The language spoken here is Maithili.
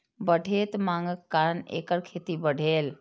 बढ़ैत मांगक कारण एकर खेती बढ़लैए